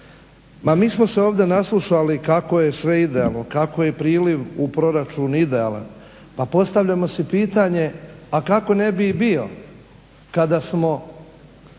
mi smo se ovdje naslušali kako je sve idealno, kako je priliv u proračun idealan, pa postavljamo si pitanje kako ne bi i bio kada smo